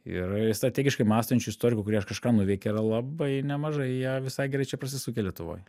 ir strategiškai mąstančių istorikų kurie kažką nuveikė yra labai nemažai jie visai gerai čia prasisukę lietuvoj